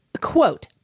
Quote